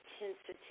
intensity